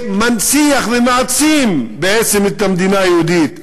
שמנציח ומעצים בעצם את המדינה היהודית,